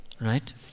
Right